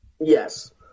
Yes